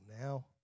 now